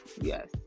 yes